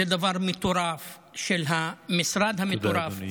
זה דבר מטורף של המשרד המטורף, תודה, אדוני.